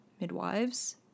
midwives